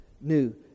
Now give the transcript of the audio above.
new